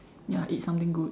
ya eat something good